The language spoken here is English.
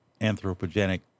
anthropogenic